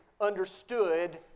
understood